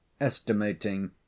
estimating